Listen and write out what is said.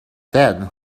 dead